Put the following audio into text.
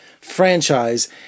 franchise